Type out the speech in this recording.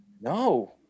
No